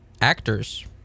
actors